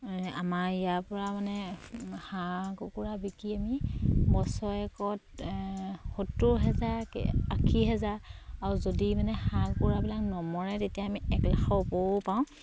আমাৰ ইয়াৰ পৰা মানে হাঁহ কুকুৰা বিকি আমি বছৰেকত সত্তৰ হেজাৰ আশী হেজাৰ আৰু যদি মানে হাঁহ কুকুৰাবিলাক নমৰে তেতিয়া আমি এক লাখৰ ওপৰো পাওঁ